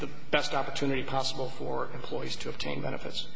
the best opportunity possible for employees to obtain benefits